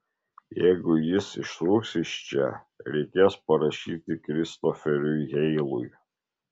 jeigu jis ištrūks iš čia reikės parašyti kristoferiui heilui